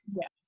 Yes